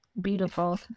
beautiful